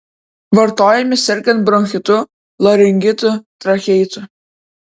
vartojami sergant bronchitu laringitu tracheitu